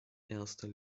erster